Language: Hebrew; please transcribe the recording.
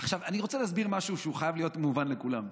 אני רוצה להסביר משהו שחייב להיות מובן לכולם: